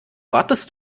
wartest